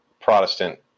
Protestant